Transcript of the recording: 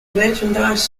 merchandise